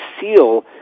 seal